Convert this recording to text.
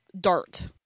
dart